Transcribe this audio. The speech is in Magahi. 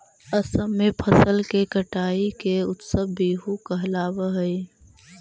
असम में फसल के कटाई के उत्सव बीहू कहलावऽ हइ